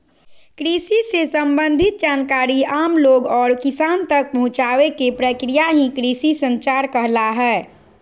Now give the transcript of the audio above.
कृषि से सम्बंधित जानकारी आम लोग और किसान तक पहुंचावे के प्रक्रिया ही कृषि संचार कहला हय